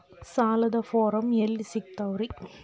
ಸಾಲದ ಫಾರಂ ಎಲ್ಲಿ ಸಿಕ್ತಾವ್ರಿ?